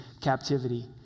captivity